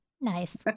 Nice